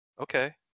okay